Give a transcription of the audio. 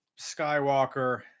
Skywalker